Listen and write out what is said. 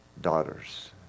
daughters